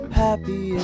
happy